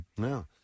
No